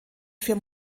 für